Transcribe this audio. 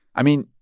i mean,